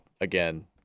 again